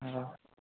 हँ